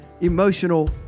emotional